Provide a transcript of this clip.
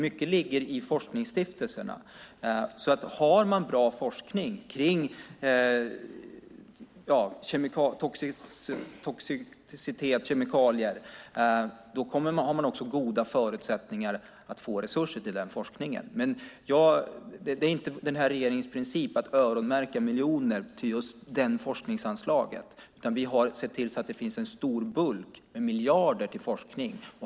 Mycket ligger i forskningsstiftelserna. Har man bra forskning om toxicitet och kemikalier har man också goda förutsättningar att få resurser till den forskningen. Det är inte den här regeringens princip att öronmärka miljoner till just det forskningsanslaget, utan vi har sett till att det finns en stor bulk med miljarder till forskning.